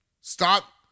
Stop